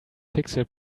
pixel